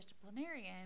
disciplinarian